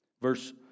Verse